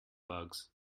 bugs